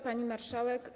Pani Marszałek!